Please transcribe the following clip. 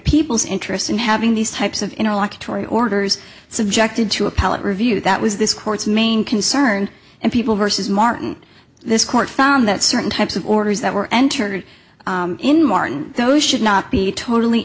people's interest in having these types of interlocutory orders subjected to appellate review that was this court's main concern and people versus martin this court found that certain types of orders that were entered in martin those should not be totally